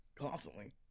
constantly